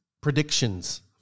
predictions